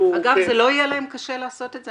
זה לא יהיה להם קשה לעשות את זה,